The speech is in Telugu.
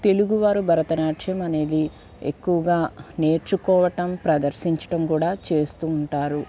తెలుగువారు భరతనాట్యం అనేది ఎక్కువగా నేర్చుకోవటం ప్రదర్శించడం కూడా చేస్తూ ఉంటారు